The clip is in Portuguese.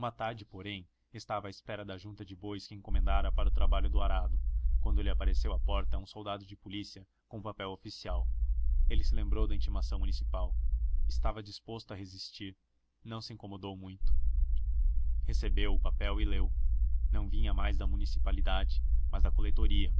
tarde porém estava à espera da junta de bois que encomendara para o trabalho do arado quando lhe apareceu à porta um soldado de polícia com um papel oficial ele se lembrou da intimação municipal estava disposto a resistir não se incomodou muito recebeu o papel e leu não vinha mais da municipalidade mas da coletoria